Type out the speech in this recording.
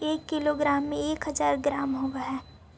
एक किलोग्राम में एक हज़ार ग्राम होव हई